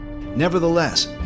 Nevertheless